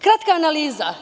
Kratka analiza.